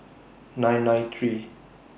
nine nine three